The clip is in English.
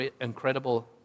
incredible